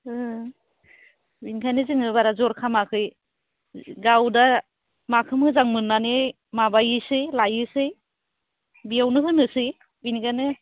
बिनिखायनो जोङो बारा जर खालामाखै गाव दा माखो मोजां मोननानै माबायोसै लायोसै बियावनो होनोसै बिनखायनो